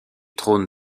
trône